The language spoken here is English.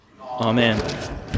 Amen